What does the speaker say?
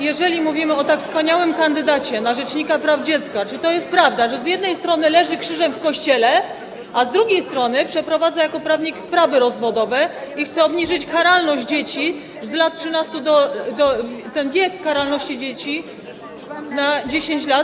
Jeżeli mówimy o tak wspaniałym kandydacie na rzecznika praw dziecka, to czy to jest prawda, że z jednej strony leży krzyżem w kościele, a z drugiej strony przeprowadza jako prawnik sprawy rozwodowe i chce obniżyć próg karalności dzieci z lat 13 do... chce obniżyć wiek karalności dzieci do 10 lat?